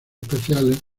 especiales